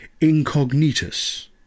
Incognitus